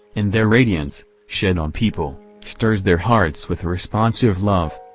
and their radiance, shed on people, stirs their hearts with responsive love.